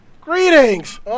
Greetings